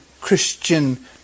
Christian